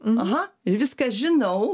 aha ir viską žinau